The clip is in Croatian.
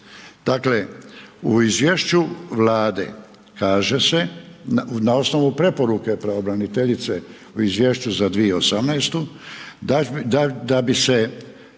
Dakle, u izvješću Vlade kaže se, na osnovu preporuke pravobraniteljice u izvješću za 2018. da bi se,